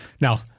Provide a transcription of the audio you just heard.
Now